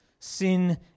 Sin